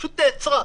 פשוט נעצרה,